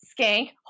skank